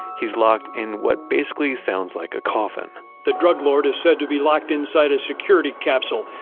he's locked in what basically sounds like a coffin the drug lord is said to be locked inside a security capsule,